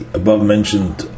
above-mentioned